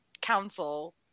council